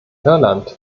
irland